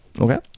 Okay